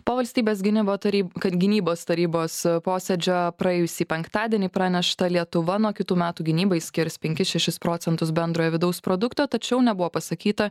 po valstybės gynimo taryb kad gynybos tarybos posėdžio praėjusį penktadienį pranešta lietuva nuo kitų metų gynybai skirs penkis šešis procentus bendrojo vidaus produkto tačiau nebuvo pasakyta